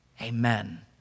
amen